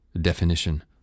Definition